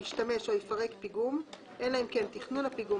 ישתמש או יפרק פיגום אלא אם כן תכנון הפיגום,